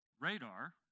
Radar